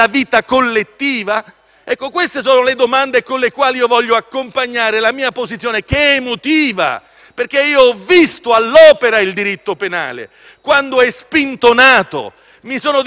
Ecco, queste sono le domande con le quali voglio accompagnare la mia posizione che è emotiva, perché ho visto all'opera il diritto penale quando è spintonato. Mi sono difeso nel processo.